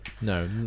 No